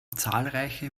zahlreiche